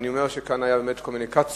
אני אומר שהיתה כאן קומוניקציה,